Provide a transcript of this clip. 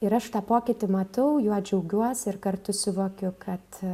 ir aš tą pokytį matau juo džiaugiuos ir kartu suvokiu kad